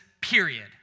period